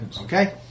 Okay